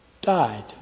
died